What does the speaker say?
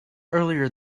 earlier